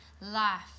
life